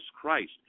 Christ